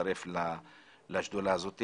להצטרף לשדולה הזאת.